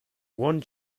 one